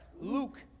Luke